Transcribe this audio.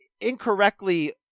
incorrectly